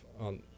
on